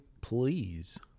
Please